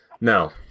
no